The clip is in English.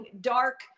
dark